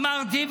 אמרתי,